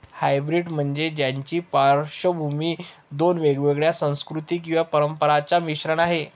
hybrid म्हणजे ज्याची पार्श्वभूमी दोन वेगवेगळ्या संस्कृती किंवा परंपरांचा मिश्रण आहे